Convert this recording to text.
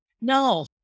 No